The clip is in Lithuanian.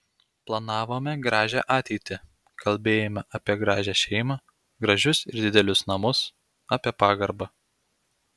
planavome gražią ateitį kalbėjome apie gražią šeimą gražius ir didelius namus apie pagarbą